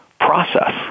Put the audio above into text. process